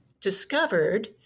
discovered